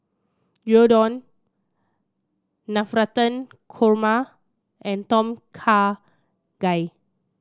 Gyudon Navratan Korma and Tom Kha Gai